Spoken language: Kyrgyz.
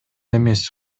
эмес